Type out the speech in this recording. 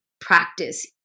practice